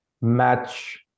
match